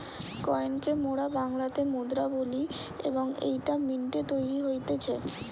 coin কে মোরা বাংলাতে মুদ্রা বলি এবং এইটা মিন্ট এ তৈরী হতিছে